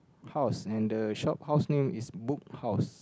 house and the shop house name is books house